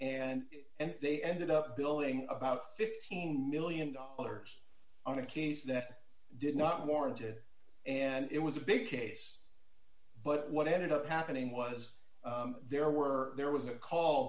and and they ended up billing about fifteen million dollars on a case that did not warrant it and it was a big case but what ended up happening was there were there was a call